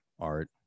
art